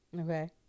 Okay